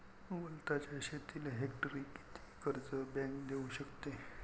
वलताच्या शेतीले हेक्टरी किती कर्ज बँक देऊ शकते?